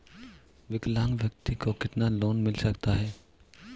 विकलांग व्यक्ति को कितना लोंन मिल सकता है?